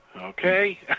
okay